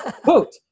Quote